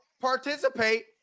participate